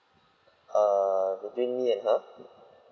err between me and her